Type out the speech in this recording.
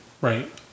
Right